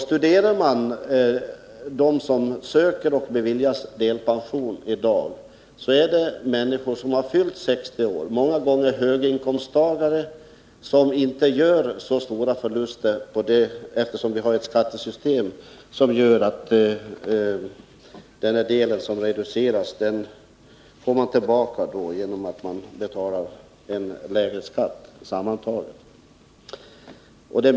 Studerar man dem som söker och beviljas delpension i dag, finner man att det rör sig om människor som har fyllt 60 år. Ofta gäller det höginkomsttagare som inte gör så stora förluster, eftersom vi har ett skattesystem som innebär att den summa som dras ifrån går tillbaka i form av en lägre total skatt.